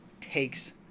takes